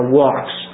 walks